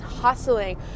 hustling